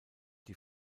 die